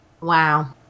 Wow